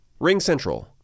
RingCentral